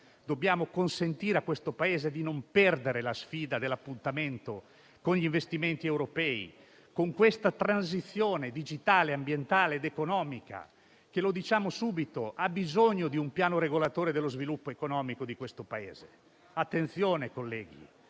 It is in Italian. dobbiamo consentire a questo Paese di non perdere la sfida dell'appuntamento con gli investimenti europei, con la transizione digitale, ambientale ed economica che - lo diciamo subito - ha bisogno di un piano regolatore dello sviluppo economico di questo Paese. Attenzione, colleghi,